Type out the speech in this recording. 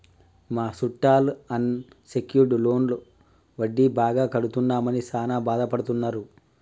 మా సుట్టాలు unsecured loan వడ్డీ బాగా కడుతున్నామని సాన బాదపడుతున్నారు